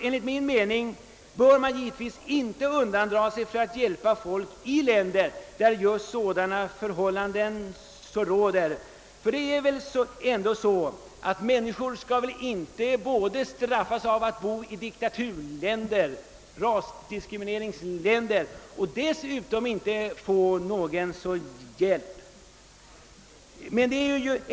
Enligt min mening bör man givetvis inte underlåta att hjälpa folk i länder där sådana förhållanden råder. Ty det är väl ändå så att människorna inte skall straffas både genom att bo i diktaturländer, rasdiskrimineringsländer, och genom att inte få någon hjälp.